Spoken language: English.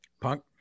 Punk